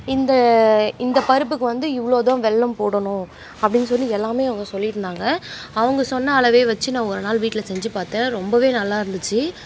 இந்த இந்த பருப்புக்கு வந்து இவ்வளோ தான் வெல்லம் போடணும் அப்படின்னு சொல்லி எல்லாமே அவங்க சொல்லியிருந்தாங்க அவங்க சொன்ன அளவையே வச்சு நான் ஒரு நாள் வீட்டில் செஞ்சுப் பார்த்தேன் ரொம்பவே நல்லா இருந்துச்சு